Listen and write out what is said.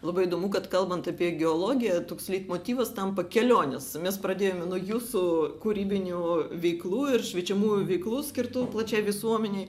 labai įdomu kad kalbant apie geologiją toks leitmotyvas tampa kelionės mes pradėjome nuo jūsų kūrybinių veiklų ir šviečiamųjų veiklų skirtų plačiai visuomenei